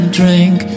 drink